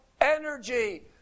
energy